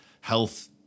health